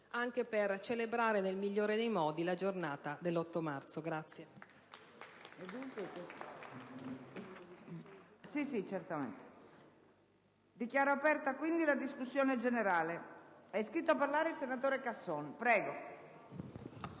anche per celebrare nel migliore dei modi la giornata dell'8 marzo.